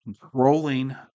controlling